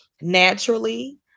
naturally